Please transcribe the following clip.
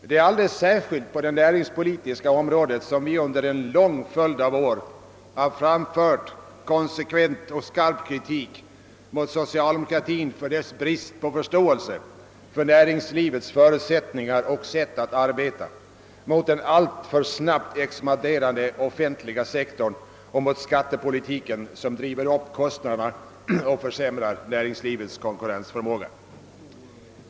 Det är alldeles särskilt på det näringspolitiska området som vi under en lång följd av år har framfört en konsekvent och skarp kritik mot socialdemokratin för dess brist på förståelse för näringslivets förutsättningar och sätt att arbeta, mot den alltför snabbt expanderande offentliga sektorn och mot skattepolitiken som driver upp kostnaderna och försämrar näringslivets konkurrensförmåga.